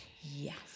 Yes